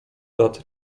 lat